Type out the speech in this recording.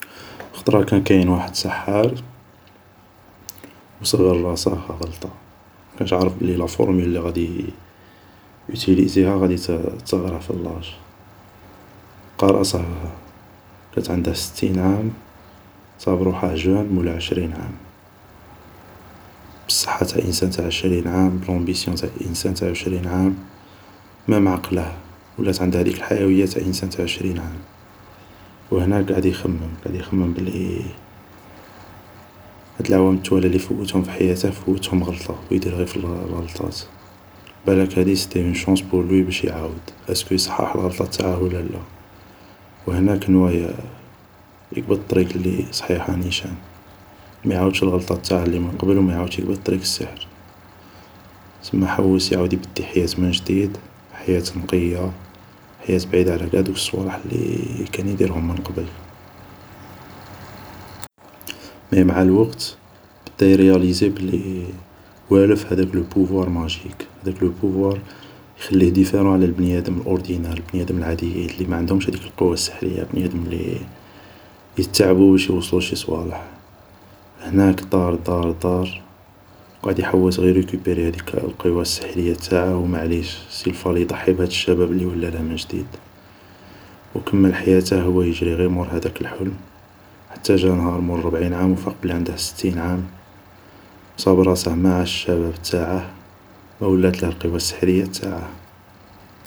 خطرا كان كاين واحد سحار ، و صرا لراسه غلطة، مكانش عارف بلي لا فورميل اللي غادي ياتيليزيها غادي تصغره في اللاج ، لقا راسه كانت عنده ستين عام صاب روحه جون مولا عشرين عام ، بالصحة تاع انسان تاع عشرين عام ، بلومبيسيون تاع واحد تاع عشرين عام, مام عقله ولات عنده هديك الحيوية تاع انسان تاع عشرين عام ، وهناك قعد يخمم ، قعد يخمم بلي هاد لعوام التوالا لي فوتهم في حياته فوتهم غلطة ، و يدير في الغلطات ، بلاك هادي سيتي اون شانص بور لوي باش يعاود ، ايسكو يصحح الغلطة تاعه ولا لا ، و هناك نوا يقبط الطريق اللي صحيحة نيشان ، ميعاودش الغلطات التاعه اللي من قبل و مايقبطش طريق السحر ، سما حوس عاود يبدي حياة من جديد ، حياة نقية ، حياة بعيدة علا قاع هدوك الصوالح اللي كان يديرهم من قبل ، مي معا الوقت بدا يرياليزي بدي والف هداك لو بوفوار ماجيك ، هداك لو بوفوار يخليه ديفيرون على البنيادم الاوردينار البنيادم العاديين اللي ما عندهمش هاديك القوة السحرية. البنيادم اللي يتعبو باش يوصلو لشي صوالح ، هناك دار دار دار وقعد يحوس غيل يريكيبيري هاديك القوى السحرية نتاعه و ماعليش سيل فالي يضحي بهاد الشباب اللي ولاله من جديد و كمل حياته غيل هو يجري مور هداك الحلم ، حتى جا نهار مور ربعين عام و فاق بلي عنده ستين عام و صاب راسه ما عاش الشباب تاعه ما ولاتله القوة السحرية تاعه